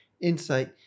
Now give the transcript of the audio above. insight